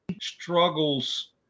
struggles